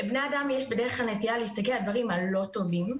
לבני אדם יש בדרך כלל נטייה להסתכל על הדברים הלא טובים,